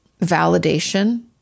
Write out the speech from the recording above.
validation